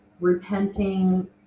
repenting